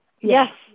Yes